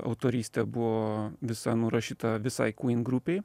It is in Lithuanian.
autorystė buvo visa nurašyta visai grupei